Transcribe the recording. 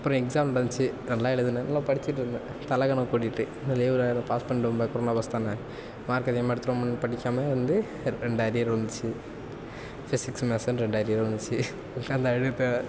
அப்புறம் எக்ஸாம் நடந்துச்சு நல்லா எழுதினேன் நல்லா படிச்சிட்டு இருந்தேன் தலைக்கனம் கூடிட்டு இதிலையும் பாஸ் பண்ணிடுவோம்ல கொரோனா பாஸ் தானே மார்க் அதிகமாக எடுத்துடுவோம்னு படிக்காம இருந்து ரெண்டு அரியர் விழுந்துச்சு பிசிக்கிஸ் மேக்ஸுன்னு ரெண்டு அரியர் விழுந்துச்சு உட்காந்து அழுதேன்